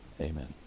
Amen